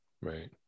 right